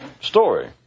story